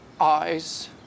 eyes